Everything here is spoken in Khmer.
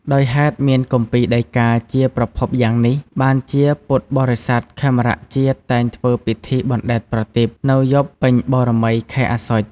ដោយហេតុមានគម្ពីរដីកាជាប្រភពយ៉ាងនេះ បានជាពុទ្ធបរិស័ទខេមរជាតិតែងធ្វើពិធីបណ្ដែតប្រទីប នៅយប់ពេញបូរមីខែអស្សុជ។